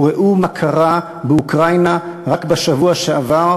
ראו מה קרה באוקראינה רק בשבוע שעבר,